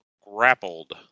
grappled